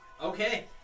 Okay